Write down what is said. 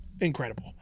incredible